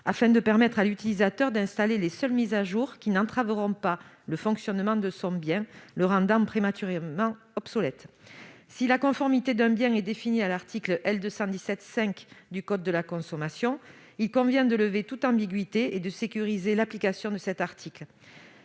afin de permettre à l'utilisateur d'installer seulement celles qui n'entraveront pas le fonctionnement de son bien, rendant celui-ci prématurément obsolète. Si la conformité d'un bien est définie à l'article L. 217-5 du code de la consommation, il convient de lever toute ambiguïté et de sécuriser l'application de cet article.